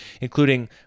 including